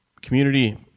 community